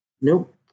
Nope